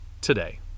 today